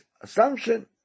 assumption